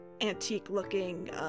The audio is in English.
antique-looking